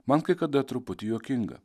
man kai kada truputį juokinga